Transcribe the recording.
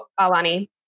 Alani